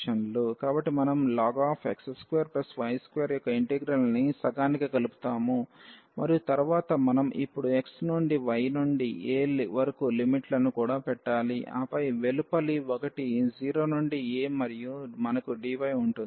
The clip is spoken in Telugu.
కాబట్టి మనం ln x2y2 యొక్క ఇంటిగ్రల్ని సగానికి కలుపుతాము మరియు తర్వాత మనం ఇప్పుడు x నుండి y నుండి a వరకు లిమిట్లను కూడా పెట్టాలి ఆపై వెలుపలి ఒకటి 0 నుండి a మరియు మనకు dy ఉంటుంది